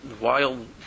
wild